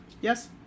Yes